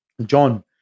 John